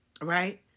Right